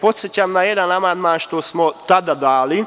Podsećam na jedan amandman što smo tada dali,